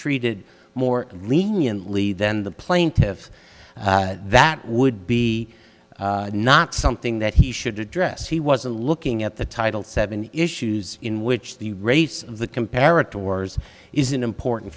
treated more leniently then the plaintive that would be not something that he should address he wasn't looking at the title seven issues in which the rates of the comparative wars is an important